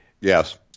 Yes